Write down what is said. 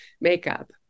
makeup